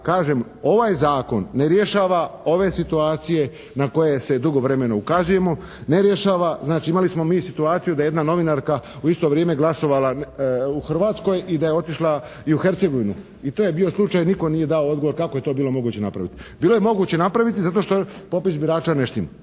kažem ovaj Zakon ne rješava ove situacije na koje se dugovremeno ukazujemo, ne rješava. Znači imali smo mi situaciju da je jedna novinarka u isto vrijeme glasovala u Hrvatskoj i da je otišla i u Hercegovinu i to je bio slučaj, nitko nije dao odgovor kako je to bilo moguće napraviti. Bilo je moguće napraviti zato što popis birača ne štima.